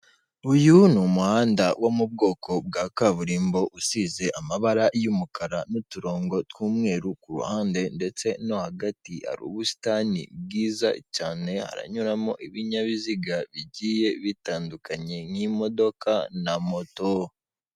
Uyu ni umuhanda wo mu bwoko bwa kaburimbo usize amabara y'umukara n'uturonko tw'umweru ku ruhande ndetse no hagati hari ubusitani bwiza, haranyuramo binyabizga bigiye bitandukanye nk'imodoka na moto.